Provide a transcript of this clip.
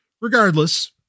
regardless